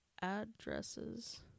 addresses